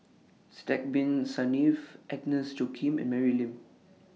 Sidek Bin Saniff Agnes Joaquim and Mary Lim